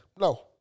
No